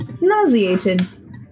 nauseated